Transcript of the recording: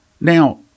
Now